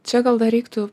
čia gal dar reiktų